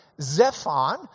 Zephon